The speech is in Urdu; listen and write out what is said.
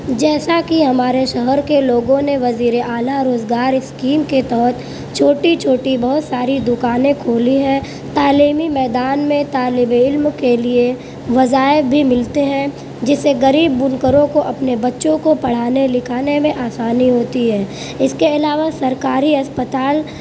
جیسا کہ ہمارے شہر کے لوگوں نے وزیراعلیٰ روزگار اسکیم کے تحت چھوٹی چھوٹی بہت ساری دکانیں کھولیں ہیں تعلیمی میدان میں طالب علم کے لئے وظائف بھی ملتے ہیں جسے غریب بنکروں کو اپنے بچوں کو پڑھانے لکھانے میں آسانی ہوتی ہے اس کے علاوہ سرکاری اسپتال